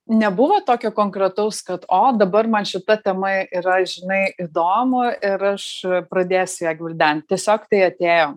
nebuvo tokio konkretaus kad o dabar man šita tema yra žinai įdomu ir aš pradėsiu ją gvildent tiesiog tai atėjo